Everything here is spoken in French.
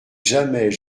jamais